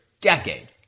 decade